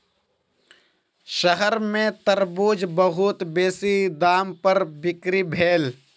शहर में तरबूज बहुत बेसी दाम पर बिक्री भेल